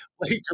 Laker